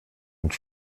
und